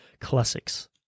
classics